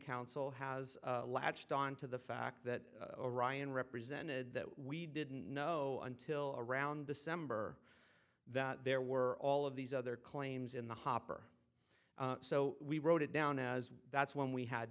counsel has latched on to the fact that ryan represented that we didn't know until around december that there were all of these other claims in the hopper so we wrote it down as that's when we had